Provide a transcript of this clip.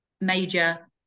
major